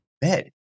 bed